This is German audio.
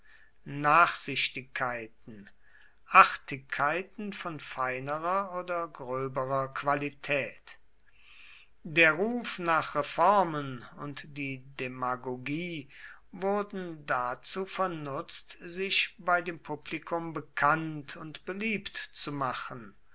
nachsichtigkeiten artigkeiten von feinerer oder gröberer qualität der ruf nach reformen und die demagogie wurden dazu vernutzt sich bei dem publikum bekannt und beliebt zu machen